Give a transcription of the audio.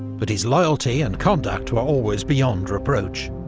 but his loyalty and conduct were always beyond reproach.